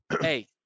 Hey